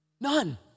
None